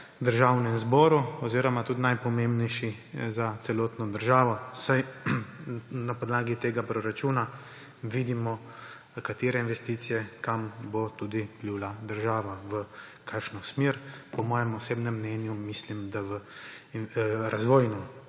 Državnem zboru oziroma tudi najpomembnejši za celotno državo, saj na podlagi tega proračuna vidimo, katere investicije, v katero smer bo tudi plula država. Po mojem osebnem mnenju mislim, da v razvojno